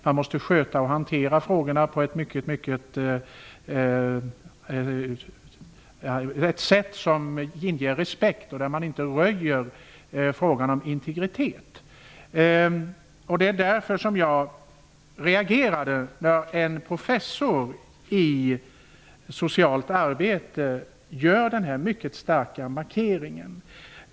Man måste sköta och hantera frågorna på ett sätt som inger respekt och där man inte röjer integriteten. Det var därför jag reagerade när en professor i socialt arbete gjorde denna mycket starka markering.